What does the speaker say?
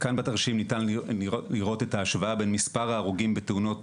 2021. בתרשים הזה ניתן לראות את ההשוואה בין מספר ההרוגים בתאונות